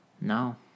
no